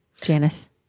janice